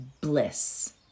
bliss